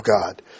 God